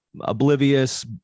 oblivious